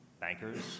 bankers